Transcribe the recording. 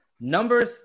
number